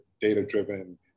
data-driven